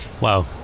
Wow